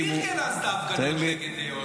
תגיד, מי ארגן אז את ההפגנות נגד אהוד אולמרט?